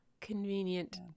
Convenient